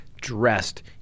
dressed